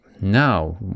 now